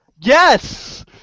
Yes